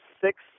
six